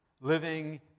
living